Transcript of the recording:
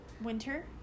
Winter